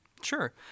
Sure